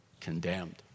condemned